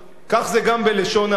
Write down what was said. כך זה גם בלשון הרע.